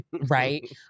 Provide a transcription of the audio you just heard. right